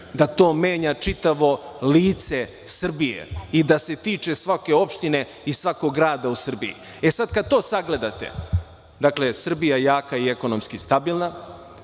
da to menja čitavo lice Srbije i da se tiče svake opštine i svakog grada u Srbiji. Sad, kad to sagledate, dakle Srbija je jaka i ekonomski stabilna,